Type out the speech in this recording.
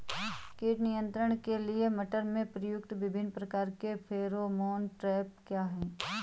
कीट नियंत्रण के लिए मटर में प्रयुक्त विभिन्न प्रकार के फेरोमोन ट्रैप क्या है?